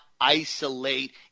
isolate